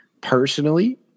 Personally